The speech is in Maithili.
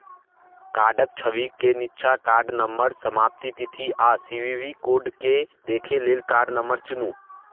कार्डक छवि के निच्चा कार्ड नंबर, समाप्ति तिथि आ सी.वी.वी कोड देखै लेल कार्ड नंबर चुनू